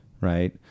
Right